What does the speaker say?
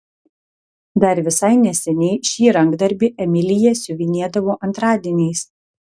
dar visai neseniai šį rankdarbį emilija siuvinėdavo antradieniais